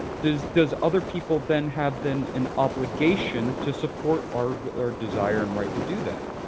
does does other people then have then an obligation to support our our desire and right to do that.